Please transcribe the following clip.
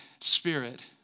Spirit